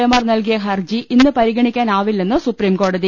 A മാർ നൽകിയ ഹർജി ഇന്ന് പരിഗണിക്കാനാ വില്ലെന്ന് സുപ്രീംകോടതി